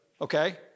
okay